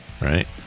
right